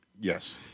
Yes